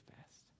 fast